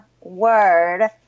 word